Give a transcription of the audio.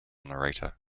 narrator